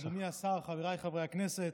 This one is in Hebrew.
אדוני השר, חבריי חברי הכנסת,